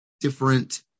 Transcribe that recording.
different